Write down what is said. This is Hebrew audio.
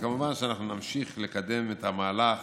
כמובן שאנחנו נמשיך לקדם את המהלך